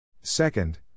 Second